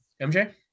mj